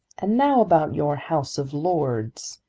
and now about your house of lords,